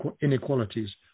inequalities